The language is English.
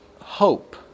hope